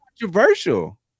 controversial